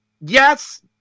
yes